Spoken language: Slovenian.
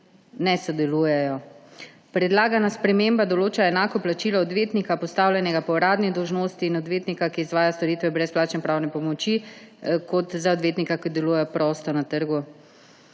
ne sodelujejo. Predlagana sprememba določa enako plačilo odvetnika, postavljenega po uradni dolžnosti, in odvetnika, ki izvaja storitve brezplačne pravne pomoči, kot za odvetnika, ki deluje prosto na trgu.